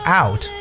out